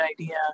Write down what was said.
idea